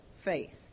faith